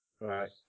Right